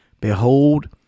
Behold